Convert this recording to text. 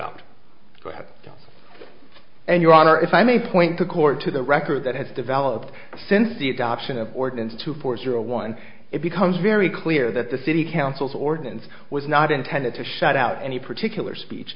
jail and your honor if i may point to court to the record that has developed since the adoption of ordinance two four zero one it becomes very clear that the city council's ordinance was not intended to shut out any particular speech